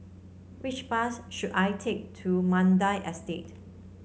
which bus should I take to Mandai Estate